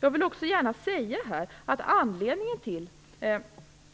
Jag vill också gärna säga att anledningen till